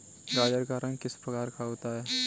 गाजर का रंग किस प्रकार का होता है?